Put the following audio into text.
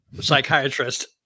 psychiatrist